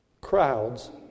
crowds